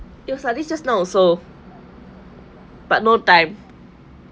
it's like this just now also but no time